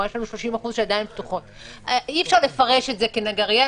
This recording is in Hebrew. אי אפשר לפרש את זה כנגרייה.